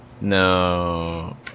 No